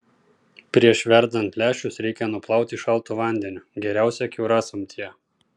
prieš verdant lęšius reikia nuplauti šaltu vandeniu geriausia kiaurasamtyje